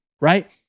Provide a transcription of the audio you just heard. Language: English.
Right